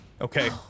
Okay